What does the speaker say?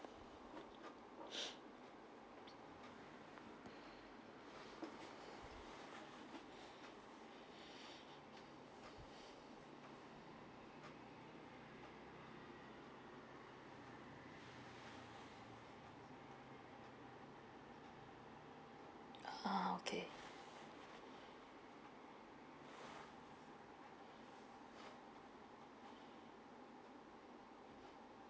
ah okay